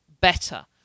better